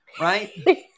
right